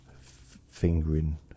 fingering